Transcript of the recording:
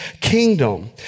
kingdom